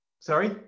Sorry